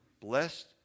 blessed